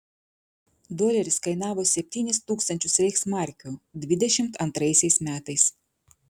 doleris kainavo septynis tūkstančius reichsmarkių dvidešimt antraisiais metais